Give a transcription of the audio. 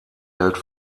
hält